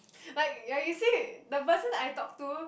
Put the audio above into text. like like you see the person I talk to